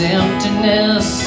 emptiness